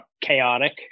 chaotic